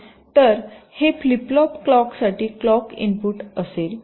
तर हे flip flop क्लॉकसाठी क्लॉक इनपुट असेल